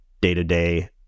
day-to-day